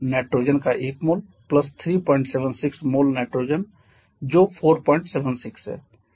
nitrogen का 1 mole 376 mole nitrogen जो 476 है